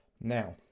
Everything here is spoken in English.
Now